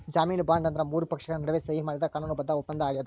ಜಾಮೇನು ಬಾಂಡ್ ಅಂದ್ರ ಮೂರು ಪಕ್ಷಗಳ ನಡುವ ಸಹಿ ಮಾಡಿದ ಕಾನೂನು ಬದ್ಧ ಒಪ್ಪಂದಾಗ್ಯದ